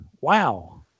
wow